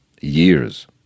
Years